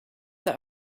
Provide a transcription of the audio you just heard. that